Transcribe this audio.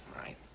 right